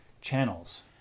channels